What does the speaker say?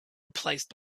replaced